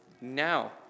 now